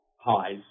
highs